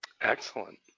Excellent